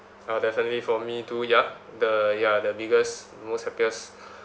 ah definitely for me too ya the ya the biggest most happiest